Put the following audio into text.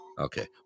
Okay